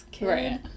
Right